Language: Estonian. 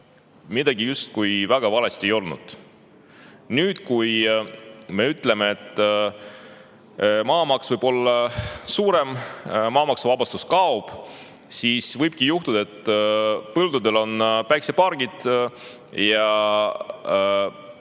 midagi justkui väga valesti ei olnud. Nüüd, kui me ütleme, et maamaks võib olla suurem, maamaksuvabastus kaob, siis võibki juhtuda, et põldudel on päikesepargid ja